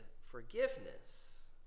forgiveness